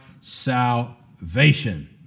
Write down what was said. salvation